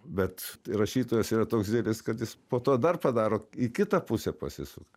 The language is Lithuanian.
bet rašytojas yra toks didelis kad jis po to dar padaro į kitą pusę pasisuka